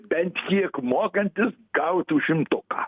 bent kiek mokantis gautų šimtuką